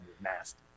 nasty